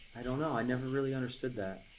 i don't know, i never really understood that.